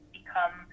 become